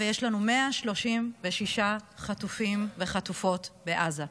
ויש לנו 136 חטופים וחטופות בעזה.